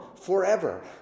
forever